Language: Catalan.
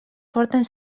porten